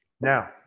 Now